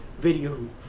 video